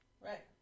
Right